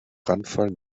brandfall